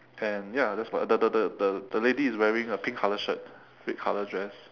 and ya that's what the the the the the lady is wearing a pink colour shirt red colour dress